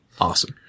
Awesome